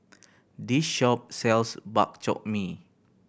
this shop sells Bak Chor Mee